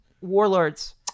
Warlords